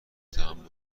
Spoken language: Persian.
تحمل